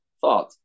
thought